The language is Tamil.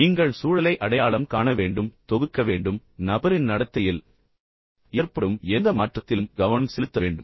நீங்கள் சூழலை அடையாளம் காண வேண்டும் நீங்கள் அதை தொகுக்க வேண்டும் மேலும் நபரின் நடத்தையில் ஏற்படும் எந்த மாற்றத்திலும் நீங்கள் கவனம் செலுத்த வேண்டும்